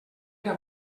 era